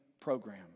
program